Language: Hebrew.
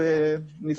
בהחלט.